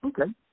Okay